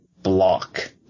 Block